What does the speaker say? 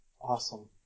Awesome